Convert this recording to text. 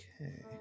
Okay